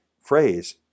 phrase